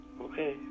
Okay